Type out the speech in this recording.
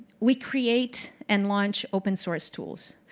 we create and launch open-source tools,